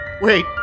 wait